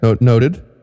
Noted